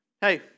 Hey